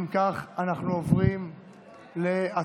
אם כך, אנחנו עוברים להצבעה.